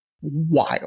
wild